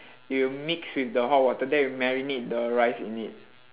it will mix with the hot water then it'll marinate the rice in it